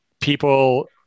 people